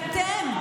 אתם,